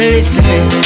Listen